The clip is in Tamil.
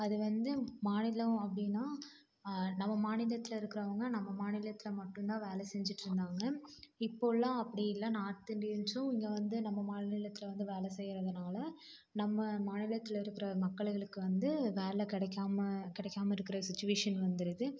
அது வந்து மாநிலம் அப்படின்னா நம்ம மாநிலத்தில் இருக்குறவங்க நம்ம மாநிலத்தில் மட்டும்தான் வேலை செஞ்சிவிட்டு இருந்தாங்க இப்போல்லாம் அப்படி இல்லை நார்த் இந்தியன்ஸும் இங்கே வந்து நம்ம மாநிலத்தில் வந்து வேலை செய்யறதுனால நம்ம மாநிலத்தில் இருக்கிற மக்கள்களுக்கு வந்து வேலை கிடைக்காம கிடைக்காமா இருக்கிற சுச்சுவேஷன் வந்துருது